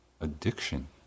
addiction